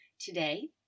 Today